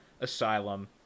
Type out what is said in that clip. Asylum